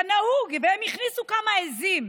כנהוג, והם הכניסו כמה עיזים.